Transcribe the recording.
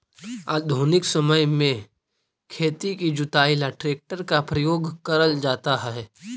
आधुनिक समय में खेत की जुताई ला ट्रैक्टर का प्रयोग करल जाता है